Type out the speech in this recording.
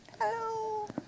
Hello